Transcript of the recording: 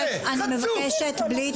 חצוף.